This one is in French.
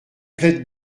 plaide